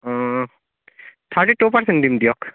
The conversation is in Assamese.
থাৰ্টি টু পাৰ্চেণ্ট দিম দিয়ক